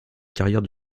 carrière